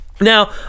Now